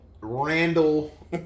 Randall